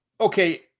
Okay